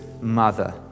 mother